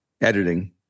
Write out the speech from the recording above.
editing